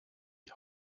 die